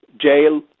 jail